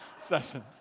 sessions